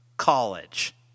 college